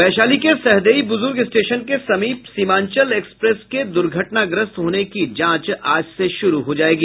वैशाली के सहदेई बुजुर्ग स्टेशन के समीप सीमांचल एक्सप्रेस के दुर्घटनाग्रस्त होने की जांच आज से शुरू होगी